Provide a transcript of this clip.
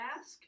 ask